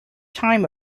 time